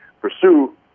pursue